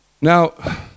Now